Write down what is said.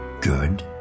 Good